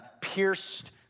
pierced